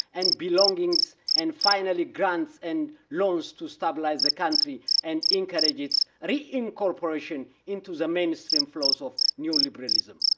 and belongings and finally grants and loans to stabilize the country and encourage its re-incorporation into the mainstream flows of neoliberalism.